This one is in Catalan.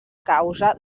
causa